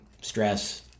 stress